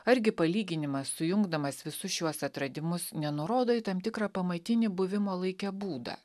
argi palyginimas sujungdamas visus šiuos atradimus nenurodo į tam tikrą pamatinį buvimo laike būdą